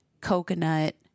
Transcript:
Coconut